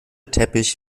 teppich